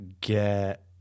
get